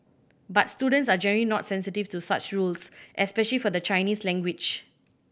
but students are generally not sensitive to such rules especially for the Chinese language